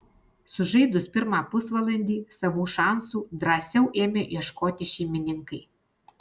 sužaidus pirmą pusvalandį savų šansų drąsiau ėmė ieškoti šeimininkai